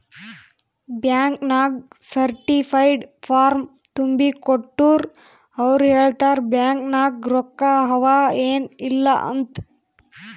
bank ನಾಗ್ certified form ತುಂಬಿ ಕೊಟ್ಟೂರ್ ಅವ್ರ ಹೇಳ್ತಾರ್ ಬ್ಯಾಂಕ್ ನಾಗ್ ರೊಕ್ಕಾ ಅವಾ ಏನ್ ಇಲ್ಲ ಅಂತ್